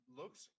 looks